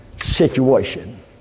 situation